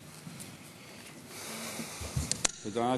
תודה.